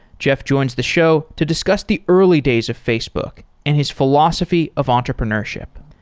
jeff joins the show to discuss the early days of facebook and his philosophy of entrepreneurship.